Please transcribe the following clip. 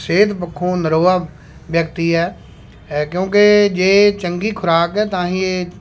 ਸਿਹਤ ਪੱਖੋਂ ਨਰੋਆ ਵਿਅਕਤੀ ਹੈ ਕਿਉਂਕਿ ਜੇ ਚੰਗੀ ਖੁਰਾਕ ਹੈ ਤਾਂ ਹੀ ਇਹ